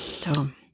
Tom